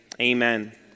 Amen